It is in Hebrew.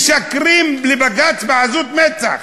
משקרים לבג"ץ בעזות מצח,